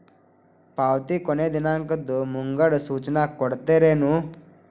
ಪಾವತಿ ಕೊನೆ ದಿನಾಂಕದ್ದು ಮುಂಗಡ ಸೂಚನಾ ಕೊಡ್ತೇರೇನು?